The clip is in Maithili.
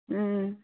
हुँ